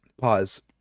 Pause